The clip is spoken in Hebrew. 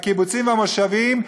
הקיבוצים והמושבים,